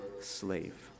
slave